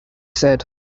said